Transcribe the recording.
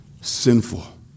Sinful